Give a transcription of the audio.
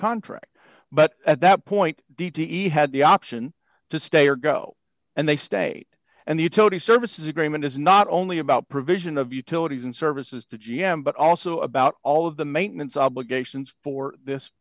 contract but at that point d t had the option to stay or go and they stayed and the utility services agreement is not only about provision of utilities and services to g m but also about all of the maintenance obligations for this